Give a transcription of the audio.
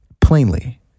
plainly